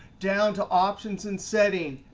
down to options and setting,